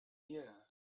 year